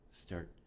start